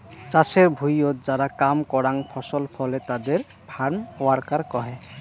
চাষের ভুঁইয়ত যারা কাম করাং ফসল ফলে তাদের ফার্ম ওয়ার্কার কহে